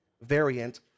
variant